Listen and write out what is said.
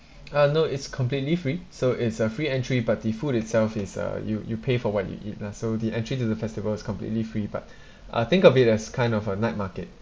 uh no it's completely free so it's a free entry but the food itself is uh you you pay for what you eat lah so the entry to the festival is completely free but uh think of it as kind of a night market